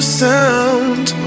sound